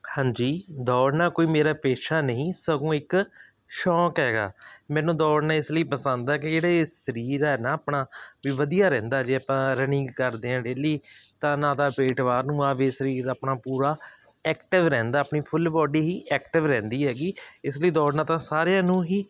ਹਾਂਜੀ ਦੌੜਨਾ ਕੋਈ ਮੇਰਾ ਪੇਸ਼ਾ ਨਹੀਂ ਸਗੋਂ ਇੱਕ ਸ਼ੌਕ ਹੈਗਾ ਮੈਨੂੰ ਦੌੜਨਾ ਇਸ ਲਈ ਪਸੰਦ ਹੈ ਕਿ ਜਿਹੜਾ ਸਰੀਰ ਹੈ ਨਾ ਆਪਣਾ ਵੀ ਵਧੀਆ ਰਹਿੰਦਾ ਜੇ ਆਪਾਂ ਰਨਿੰਗ ਕਰਦੇ ਹਾਂ ਡੇਲੀ ਤਾਂ ਨਾ ਤਾਂ ਪੇਟ ਬਾਹਰ ਨੂੰ ਆਵੇ ਸਰੀਰ ਆਪਣਾ ਪੂਰਾ ਐਕਟਿਵ ਰਹਿੰਦਾ ਆਪਣੀ ਫੁੱਲ ਬਾਡੀ ਹੀ ਐਕਟਿਵ ਰਹਿੰਦੀ ਹੈਗੀ ਇਸ ਲਈ ਦੌੜਨਾ ਤਾਂ ਸਾਰਿਆਂ ਨੂੰ ਹੀ